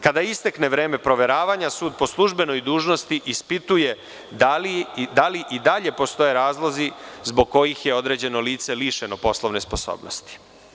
Kada istekne vreme proveravanja, sud po službenoj dužnosti ispituje da li i dalje postoje razlozi zbog kojih je određeno lice lišeno poslovne sposobnosti.